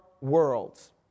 worlds